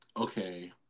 okay